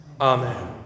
Amen